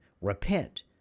repent